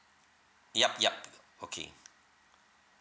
yup yup uh okay